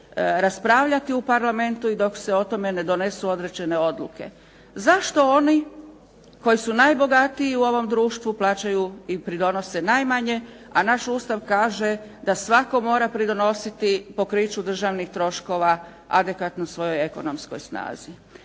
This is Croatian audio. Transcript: raspravljati u parlamentu i dok se o tome ne donesu određene odluke. Zašto oni koji su najbogatiji u ovom društvu plaćaju i pridonose najmanje a naš Ustav kaže da svatko mora pridonositi pokriću državnih troškova adekvatno svojoj ekonomskoj snazi.